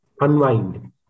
unwind